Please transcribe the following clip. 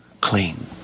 clean